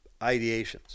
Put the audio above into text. ideations